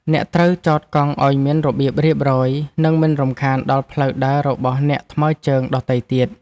អ្នកត្រូវចតកង់ឱ្យមានរបៀបរៀបរយ និងមិនរំខានដល់ផ្លូវដើររបស់អ្នកថ្មើរជើងដទៃទៀត។